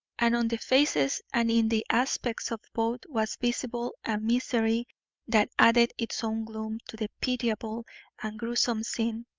and on the faces and in the aspects of both was visible a misery that added its own gloom to the pitiable and gruesome scene,